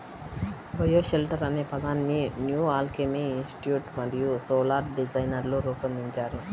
bioshelter అనే పదాన్ని New Alchemy Institute మరియు సోలార్ డిజైనర్లు రూపొందించారు